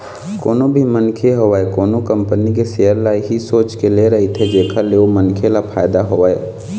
कोनो भी मनखे होवय कोनो कंपनी के सेयर ल इही सोच के ले रहिथे जेखर ले ओ मनखे ल फायदा होवय